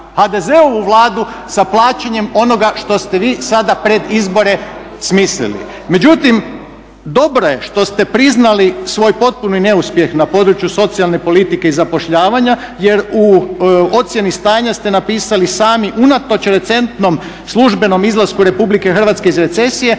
HDZ-ovu vladu sa plaćanjem onoga što ste vi sada pred izbore smislili. Međutim, dobro je što ste priznali svoj potpuni neuspjeh na području socijalne politike i zapošljavanja jer u ocjeni stanja ste napisali sami unatoč recentnom službenom izlasku RH iz recesije